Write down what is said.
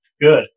good